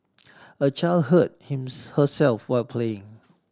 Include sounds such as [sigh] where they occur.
[noise] a child hurt him herself while playing